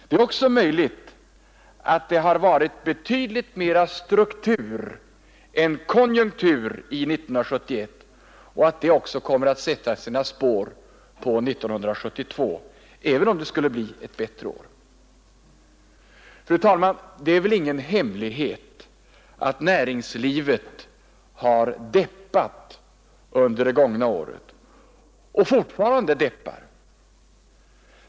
Det är också möjligt att det har varit betydligt mer struktur än konjunktur i 1971 och att det också kommer att sätta sina spår på 1972, även om det skulle bli ett bättre år. Det är väl ingen hemlighet att näringslivet har deppat under det gångna året och fortfarande deppar.